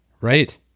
right